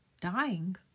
dying